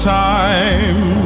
time